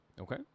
Okay